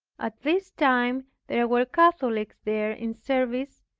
at this time there were catholics there in service,